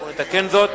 אנחנו נתקן זאת.